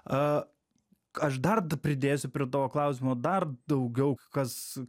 a k aš dar pridėsiu prie tavo klausimo dar daugiau kas